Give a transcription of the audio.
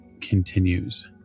continues